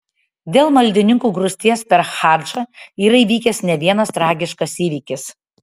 dėl maldininkų grūsties per hadžą yra įvykęs ne vienas tragiškas įvykis